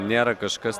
nėra kažkas